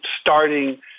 starting